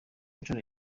nshuro